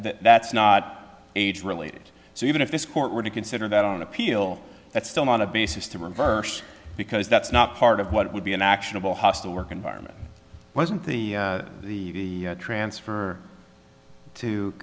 that that's not age related so even if this court were to consider that on appeal that's still on a basis to reverse because that's not part of what would be an actionable hostile work environment wasn't the the transfer to